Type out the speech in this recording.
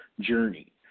journey